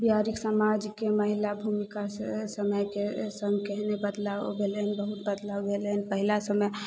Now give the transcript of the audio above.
बिहारक समाजके महिला भुमिकासे समयके सङ्ग केहन बदलाव भेलय हन बहुत बदलाव भेलय हन पहिला समय